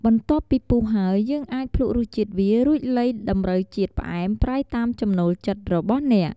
បន្ទាប់ពីពុះហើយ យើងអាចភ្លក្សរសជាតិវា រួចលៃតម្រូវជាតិផ្អែមប្រៃតាមចំណូលចិត្តរបស់អ្នក។